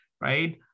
right